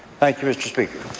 thank you, mr. speaker.